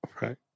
Right